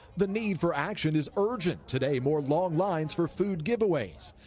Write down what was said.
the need for action is urgent. today more long lines for food giveaways.